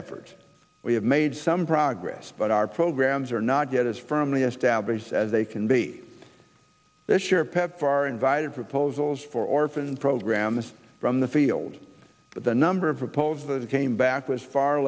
effort we have made some progress but our programs are not yet as firmly established as they can be this year pepfar invited proposals for orphan programs from the field but the number of proposals that came back was far